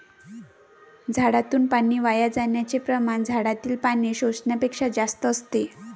झाडातून पाणी वाया जाण्याचे प्रमाण झाडातील पाणी शोषण्यापेक्षा जास्त असते